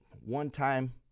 one-time